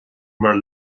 mar